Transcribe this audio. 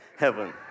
heaven